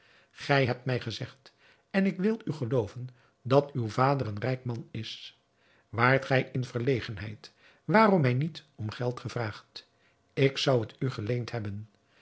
gij hebt mij gezegd en ik wil u gelooven dat uw vader een rijk man is waart gij in verlegenheid waarom mij niet om geld gevraagd ik zou het u geleend hebben